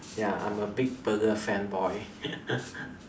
ya I'm a big burger fanboy